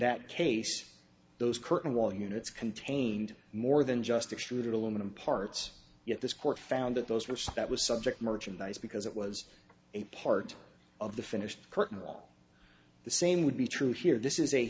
that case those curtain wall units contained more than just extruded aluminum parts yet this court found that those were so that was subject merchandise because it was a part of the finished curtain all the same would be true here this